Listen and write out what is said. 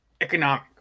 economic